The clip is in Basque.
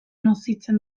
nozitzen